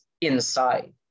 inside